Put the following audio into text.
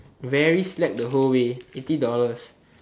very slack the whole way eighty dollars